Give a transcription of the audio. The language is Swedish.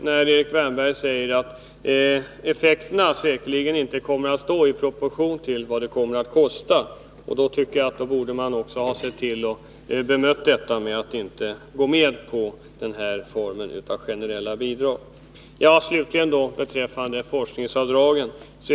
Han säger nämligen att effekten säkerligen inte kommer att stå i proportion till kostnaderna, och då tycker jag att man borde ha sett till att bemöta det genom att inte gå med på den här formen av generella bidrag. Slutligen några ord beträffande forskningsavdraget.